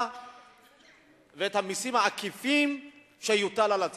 ואת המסים העקיפים שיוטלו על הציבור.